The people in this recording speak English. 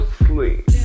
sleep